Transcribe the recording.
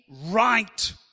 right